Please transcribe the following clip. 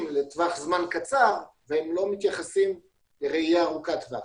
לזמן קצר ולא מתייחסים לראייה ארוכת טווח.